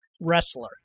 wrestler